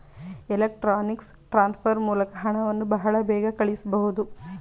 electronics transfer ಮೂಲಕ ಹಣವನ್ನು ಬಹಳ ಬೇಗ ಕಳಿಸಬಹುದು